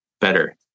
better